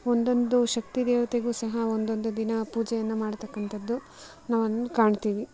ಒಂದೊಂದು ಶಕ್ತಿ ದೇವತೆಗೂ ಸಹ ಒಂದೊಂದು ದಿನ ಪೂಜೆಯನ್ನು ಮಾಡ್ತಕ್ಕಂಥದ್ದು ನಾವು ಕಾಣ್ತೀವಿ